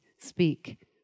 speak